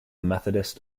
methodist